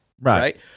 Right